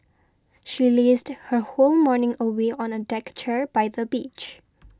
she lazed her whole morning away on a deck chair by the beach